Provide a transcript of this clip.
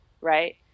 right